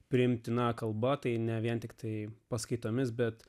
priimtiną kalbą tai ne vien tiktai paskaitomis bet